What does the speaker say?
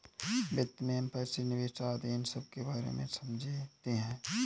वित्त में हम पैसे, निवेश आदि इन सबके बारे में समझते हैं